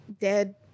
dead